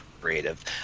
creative